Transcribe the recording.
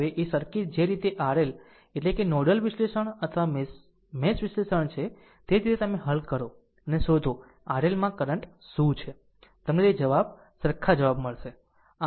હવે આ સર્કિટ જે રીતે RL એટલે કે નોડલ વિશ્લેષણ અથવા મેશ વિશ્લેષણ છે તે જ રીતે તમે હલ કરો અને શોધો RL માં કરંટ શું છે તમને તે જ જવાબ સરખા જવાબ મળશે